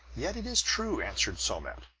yet it is true, answered somat,